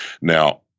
now